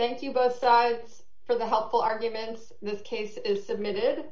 thank you both sides for the helpful arguments this case is submitted